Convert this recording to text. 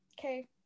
Okay